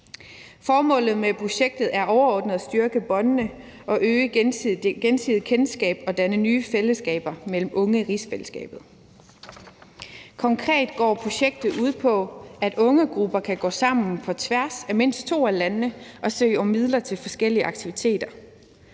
Formålet med projektet er overordnet at styrke båndene og øge det gensidige kendskab og danne nye fællesskaber mellem unge i rigsfællesskabet. Konkret går projektet ud på, at ungegrupper kan gå sammen på tværs af mindst to af landene og søge om midler til forskellige aktiviteter.